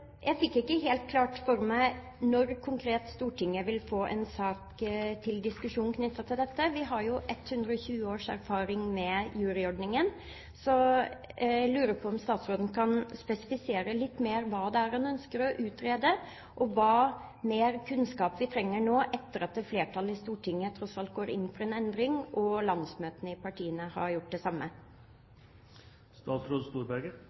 fikk ikke helt klart for meg konkret når Stortinget vil få en sak til diskusjon knyttet til dette. Vi har 120 års erfaring med juryordningen. Så jeg lurer på om statsråden kan spesifisere litt mer hva det er han ønsker å utrede, og hvor mye mer kunnskap vi trenger nå etter at et flertall i Stortinget tross alt går inn for en endring og landsmøtene i partiene har gjort det